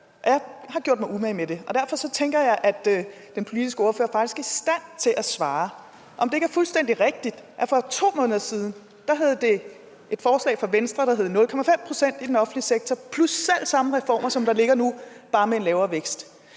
Jeg har gjort mig umage med det, og derfor tænker jeg, at den politiske ordfører faktisk er i stand til at svare på, om det ikke er fuldstændig rigtigt, at for to måneder siden var der et forslag fra Venstre, der hed 0,5 pct. i den offentlige sektor plus de selv samme reformer, som der ligger nu, men bare med en lavere vækst.